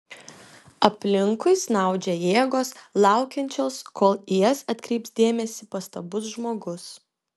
aplinkui snaudžia jėgos laukiančios kol į jas atkreips dėmesį pastabus žmogus